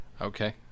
okay